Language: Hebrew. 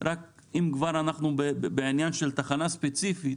אם כבר אנחנו בעניין של תחנה ספציפית,